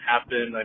happen